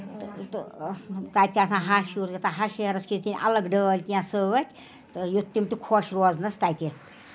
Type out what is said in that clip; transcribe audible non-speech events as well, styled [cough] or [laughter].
تہٕ تہٕ تَتہِ چھُ آسان ہَش ہِہُر [unintelligible] ہَش ہیہرَس کِتھۍ نِنۍ الگ ڈٲلۍ کیٚنہہ سۭتۍ تہم یُتھ تِم تہِ خۄش روزنَس تَتہِ